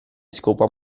scopa